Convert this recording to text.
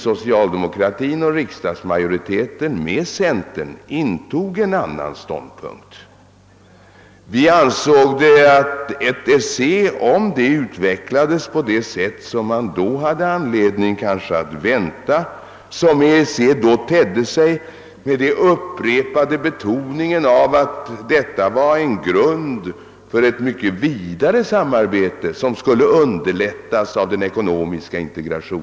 Socialdemokratin och riksdagsmajoriteten inklusive centern intog emellertid en annan ståndpunkt. Man betonade vid den tiden vid upprepade tillfällen att organisationen skulle vara en grund för ett mycket vidare samarbete, som skulle underlättas av den ekonomiska integrationen.